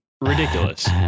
ridiculous